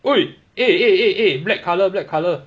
!oi! eh eh eh eh black colour black colour